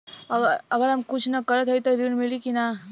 हम अगर कुछ न करत हई त ऋण मिली कि ना?